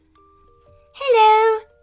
Hello